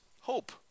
hope